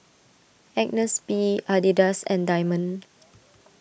Agnes B Adidas and Diamond